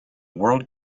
world